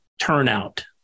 turnout